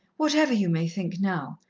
whatever you may think now.